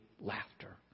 laughter